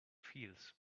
feels